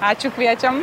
ačiū kviečiam